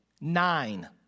nine